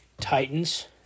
Titans